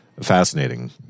fascinating